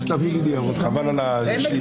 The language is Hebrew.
שלושה.